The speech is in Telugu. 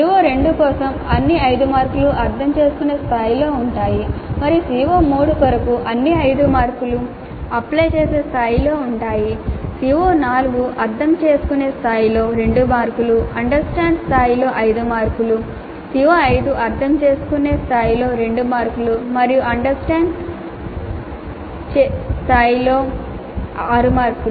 CO2 కోసం అన్ని 5 మార్కులు అర్థం చేసుకునే స్థాయిలో ఉన్నాయి మరియు CO3 కొరకు అన్ని 5 మార్కులు అప్లై చేసే స్థాయిలో ఉన్నాయి CO4 అర్థం చేసుకునే స్థాయిలో 2 మార్కులు Understand స్థాయిలో 5 మార్కులు CO5 అర్థం చేసుకునే స్థాయిలో 2 మార్కులు మరియు Understand స్థాయిలో 6 మార్కులు